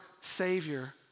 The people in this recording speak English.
savior